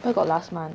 where got last month